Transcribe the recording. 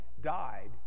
died